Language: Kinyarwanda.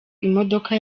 imodoka